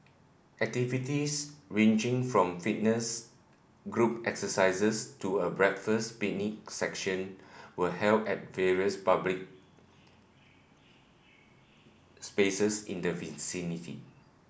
activities ranging from fitness group exercises to a breakfast picnic session were held at various public spaces in the vicinity